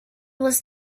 was